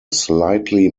slightly